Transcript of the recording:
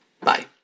Bye